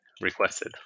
requested